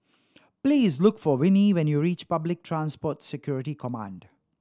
please look for Venie when you reach Public Transport Security Command